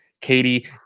Katie